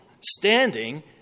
standing